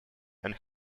and